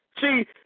See